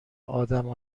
ادم